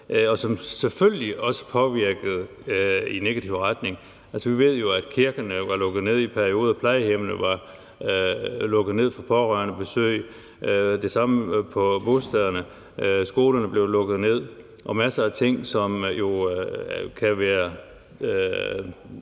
og som selvfølgelig også påvirkede det i negativ retning. Vi ved jo, at kirkerne var lukket ned i perioder, at plejehjemmene var lukket ned for besøg af pårørende, at det samme gjaldt bostederne, og at skolerne blev lukket ned. Der er masser af ting, som kan være